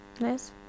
Nice